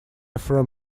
from